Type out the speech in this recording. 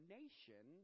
nation